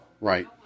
Right